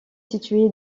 situé